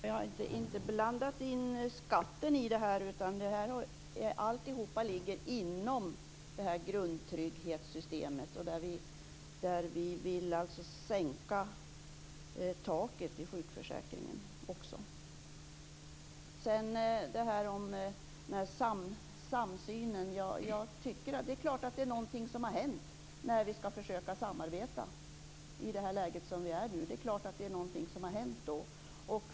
Fru talman! Jag har inte blandat in skatten i det här. Allt det här ligger inom grundtrygghetssystemet. Där vill vi alltså också sänka taket i sjukförsäkringen. När det gäller den här samsynen är det klart att det är något som har hänt när vi skall försöka samarbeta i det läge som vi nu är i. Det är klart att det är något som har hänt då.